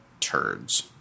turds